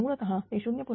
तर मुळतः ते 0